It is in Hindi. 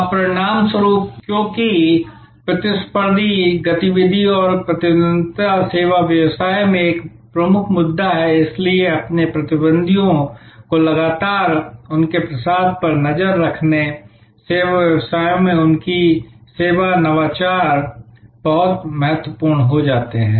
अब परिणामस्वरूप क्योंकि प्रतिस्पर्धी गतिविधि और प्रतिद्वंद्विता सेवा व्यवसाय में एक प्रमुख मुद्दा है इसलिए अपने प्रतिद्वंद्वियों को लगातार उनके प्रसाद पर नज़र रखने सेवा व्यवसायों में उनकी सेवा नवाचार बहुत महत्वपूर्ण हो जाते हैं